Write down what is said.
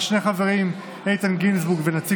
אני מציע